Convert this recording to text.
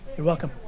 you're welcome.